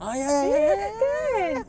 ah ya ya ya ya ya ya ya ya ya